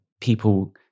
people